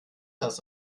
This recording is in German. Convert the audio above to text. das